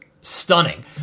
stunning